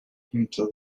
into